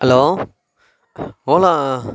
hello ola